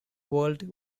world